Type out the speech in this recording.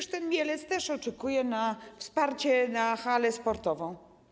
Przecież Mielec też oczekuje na wsparcie, na halę sportową.